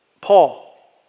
Paul